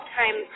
time